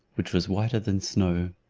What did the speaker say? which was whiter than snow.